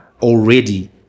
already